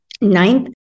Ninth